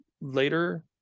later